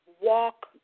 walk